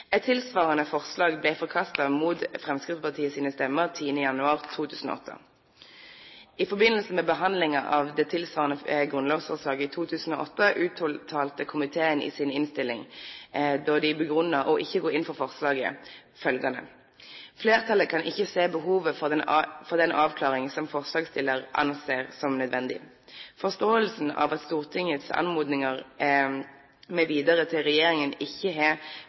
Et tilsvarende forslag ble forkastet, mot Fremskrittspartiets stemmer, 10. januar 2008. I forbindelse med behandlingen av det tilsvarende grunnlovsforslaget i 2008 uttalte komiteen i innstillingen sin begrunnelse for ikke å gå inn for forslaget følgende: «Flertallet kan ikke se behovet for den avklaring som forslagsstiller anser som nødvendig. Forståelsen av at Stortingets anmodninger mv. til regjeringen ikke har bindende rettsvirkninger, er, etter flertallets mening, heller ikke omstridt i dag.» Komiteens flertall har